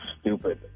stupid